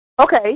Okay